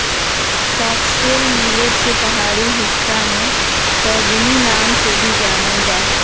foxtail millet के पहाड़ी हिस्सा में कंगनी नाम से भी जानल जा हइ